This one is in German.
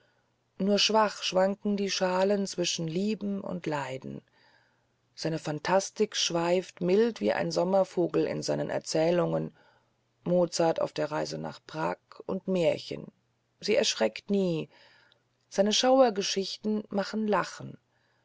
nur schwach schwankte die schale zwischen lieben und leiden seine phantastik schweift milde wie ein sommervogel in seinen erzählungen mozart auf der reise nach prag und märchen er erschreckt nie seine schauergeschichten machen lächeln